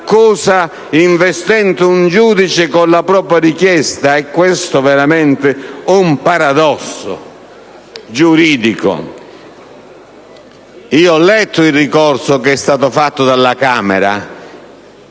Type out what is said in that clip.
d'accusa investendo un giudice con la propria richiesta! Questo è veramente un paradosso giuridico. Io ho letto il ricorso che è stato fatto dalla Camera: